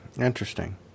Interesting